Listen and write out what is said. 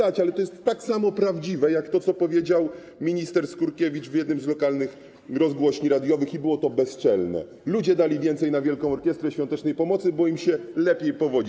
Ale to jest tak samo prawdziwe jak to, co powiedział minister Skurkiewicz w jednej z lokalnych rozgłośni radiowych, i było to bezczelne: Ludzie dali więcej na Wielką Orkiestrę Świątecznej Pomocy, bo im się lepiej powodzi.